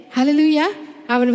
Hallelujah